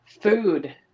food